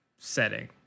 setting